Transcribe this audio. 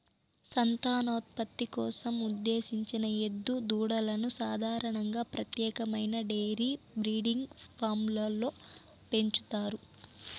సంతానోత్పత్తి కోసం ఉద్దేశించిన ఎద్దు దూడలను సాధారణంగా ప్రత్యేకమైన డెయిరీ బ్రీడింగ్ ఫామ్లలో పెంచుతారు